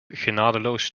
genadeloos